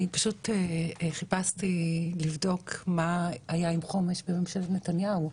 חיפשתי מה היה עם חומש בימי נתניהו.